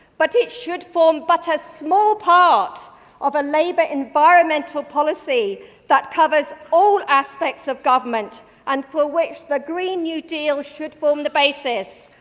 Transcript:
but it should form but a small part of a labour environmental policy that covers all aspects of government and for which the green new deal should form the basis.